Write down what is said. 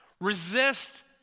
Resist